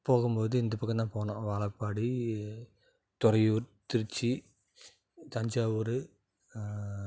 போகும்போது இந்த பக்கந்தான் போனோம் வாழைப்பாடி துறையூர் திருச்சி தஞ்சாவூர்